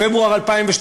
פברואר 2012,